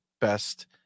Best